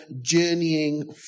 journeying